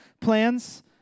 plans